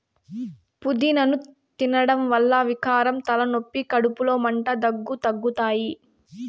పూదినను తినడం వల్ల వికారం, తలనొప్పి, కడుపులో మంట, దగ్గు తగ్గుతాయి